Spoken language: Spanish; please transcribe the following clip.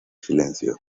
silencio